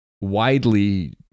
widely